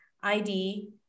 ID